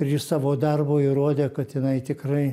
ir ji savo darbu įrodė kad jinai tikrai